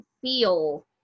feel